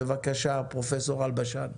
בבקשה, פרופ' אלבשן.